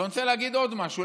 אבל אני רוצה להגיד עוד משהו,